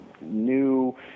new